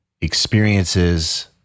experiences